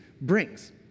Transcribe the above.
brings